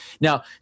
Now